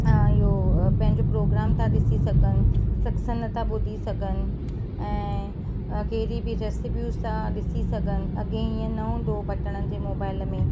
इहो पंहिंजो प्रोग्राम था ॾिसी सघनि सत्संगु था ॿुधी सघनि ऐं कहिड़ी बि रेसिपीयूज़ था ॾिसी सघनि अॻे इहे न हूंदो हुयो बटणनि जे मोबाइल में